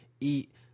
eat